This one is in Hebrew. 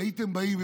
והייתם באים על,